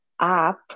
app